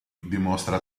dimostra